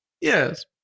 Yes